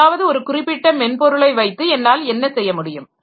ஏதாவது ஒரு குறிப்பிட்ட மென்பொருளை வைத்து என்னால் என்ன செய்ய முடியும்